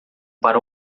para